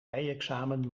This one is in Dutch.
rijexamen